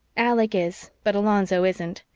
alec is, but alonzo isn't.